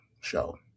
show